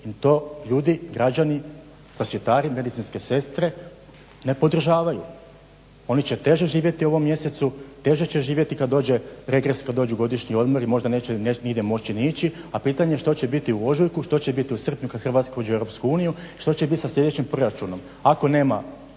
I to ljudi, građani prosvjetari, medicinske sestre ne podržavaju. Oni će teže živjeti u ovom mjesecu, teže će živjeti kad dođe regres, kad dođu godišnji odmori. Možda neće moći nigdje ni ići, a pitanje je što će biti u ožujku, što će biti u srpnju kad Hrvatska uđe u EU i što će biti sa sljedećim proračunom. Ako nema